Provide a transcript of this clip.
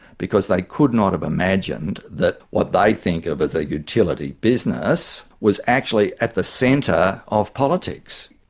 because they could not have imagined that what they think of as a utility business was actually at the centre of politics.